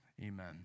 Amen